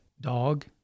dog